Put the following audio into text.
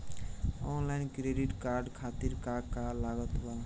Online credit card खातिर का का लागत बा?